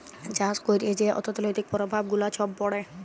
চাষ ক্যইরে যে অথ্থলৈতিক পরভাব গুলা ছব পড়ে